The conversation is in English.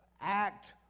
act